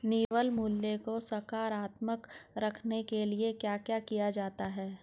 निवल मूल्य को सकारात्मक रखने के लिए क्या क्या किया जाता है?